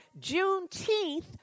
Juneteenth